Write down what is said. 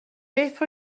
beth